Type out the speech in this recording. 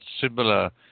similar